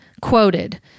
quoted